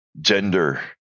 gender